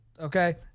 Okay